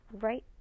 right